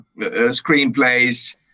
screenplays